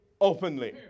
openly